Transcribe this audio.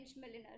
milliner